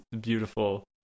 beautiful